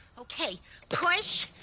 okay push,